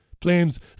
Blames